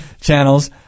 channels